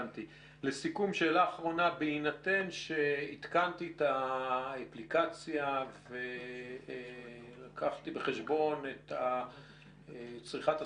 בינתן שהתקנתי את האפליקציה ולקחתי בחשבון את צריכת הסוללה,